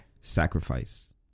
Sacrifice